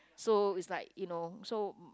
so is like you know so